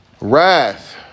Wrath